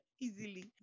easily